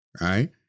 right